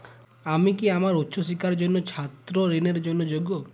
আমি কি আমার উচ্চ শিক্ষার জন্য ছাত্র ঋণের জন্য যোগ্য?